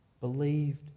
believed